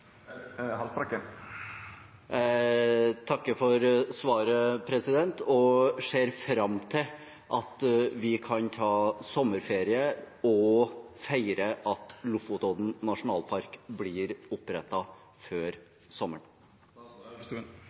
takker for svaret og ser fram til at vi kan ta sommerferie og feire at Lofotodden nasjonalpark blir opprettet før